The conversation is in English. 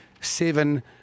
seven